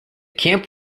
camp